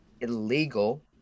illegal